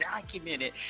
documented